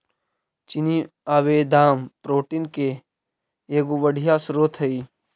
चिनिआबेदाम protein के एगो बढ़ियाँ स्रोत हई